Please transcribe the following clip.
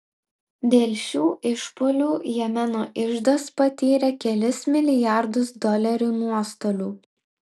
dėl šių išpuolių jemeno iždas patyrė kelis milijardus dolerių nuostolių